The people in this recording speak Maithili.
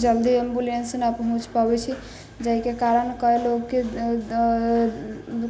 जल्दी ऐम्ब्युलन्स नहि पहुँच पबै छै जाहिके कारण कए लोक के